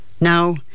Now